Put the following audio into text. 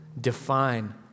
Define